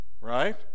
right